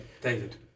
David